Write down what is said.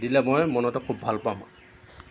দিলে মই মনতে খুব ভাল পাম